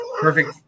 Perfect